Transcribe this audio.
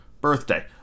birthday